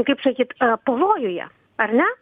kaip sakyt pavojuje ar ne